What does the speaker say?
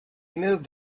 moved